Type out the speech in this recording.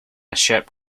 ship